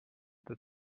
that